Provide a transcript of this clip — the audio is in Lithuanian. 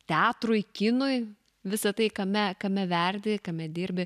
teatrui kinui visa tai kame kame verdi kame dirbi